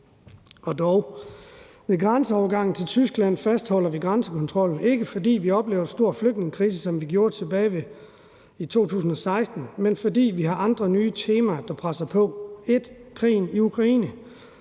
og dog. Ved grænseovergangen til Tyskland fastholder vi grænsekontrollen – ikke fordi vi oplever en stor flygtningekrise, som vi gjorde tilbage i 2016, men fordi vi har andre nye temaer, der presser på: 1) krigen i Ukraine,